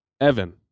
Evan